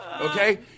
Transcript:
okay